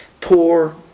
Poor